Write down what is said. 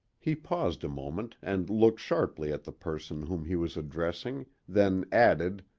he paused a moment and looked sharply at the person whom he was addressing, then added,